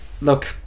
Look